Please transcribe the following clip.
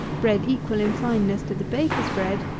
bread equal in fineness to the baker's bread,